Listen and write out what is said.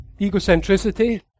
egocentricity